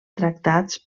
tractats